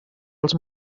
els